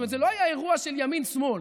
זאת אומרת, זה לא היה אירוע של ימין שמאל.